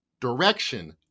Direction